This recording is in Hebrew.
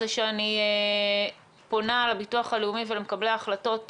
זה שאני פונה לביטוח הלאומי ולמקבלי ההחלטות